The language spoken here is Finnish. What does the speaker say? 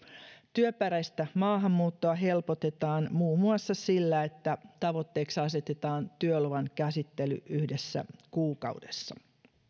työperäistä maahanmuuttoa helpotetaan muun muassa sillä että tavoitteeksi asetetaan työluvan käsittely yhdessä kuukaudessa